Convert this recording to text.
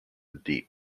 deep